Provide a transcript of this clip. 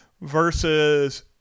Versus